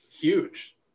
huge